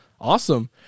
Awesome